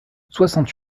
soixante